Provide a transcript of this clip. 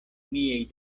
miaj